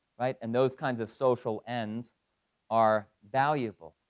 right? and those kinds of social ends are valuable.